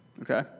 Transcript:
Okay